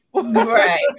Right